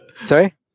Sorry